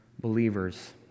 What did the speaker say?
believers